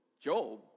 Job